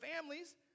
families